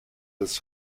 das